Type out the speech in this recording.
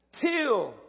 Till